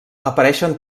apareixen